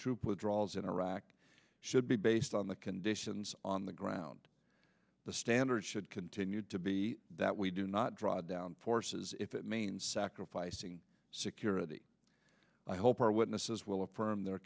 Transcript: troop withdrawals in iraq should be based on the conditions on the ground the standard should continue to be that we do not draw down forces if it means sacrificing security i hope our witnesses will affirm their